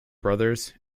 brothers